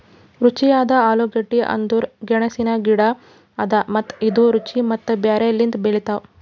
ರುಚಿಯಾದ ಆಲೂಗಡ್ಡಿ ಅಂದುರ್ ಗೆಣಸಿನ ಗಿಡ ಅದಾ ಮತ್ತ ಇದು ರುಚಿ ಮತ್ತ ಬೇರ್ ಲಿಂತ್ ಬೆಳಿತಾವ್